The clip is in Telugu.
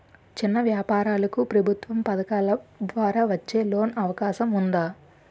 చిన్న వ్యాపారాలకు ప్రభుత్వం పథకాల ద్వారా వచ్చే లోన్ అవకాశం ఉందా?